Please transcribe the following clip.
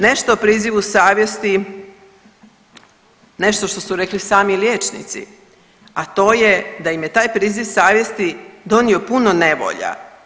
Nešto o prizivu savjesti, nešto što su rekli sami liječnici, a to je da im je taj priziv savjesti donio puno nevolja.